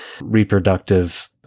reproductive